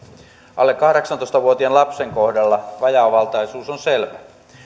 alle kahdeksantoista vuotiaan lapsen kohdalla vajaavaltaisuus on selvää